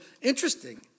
interesting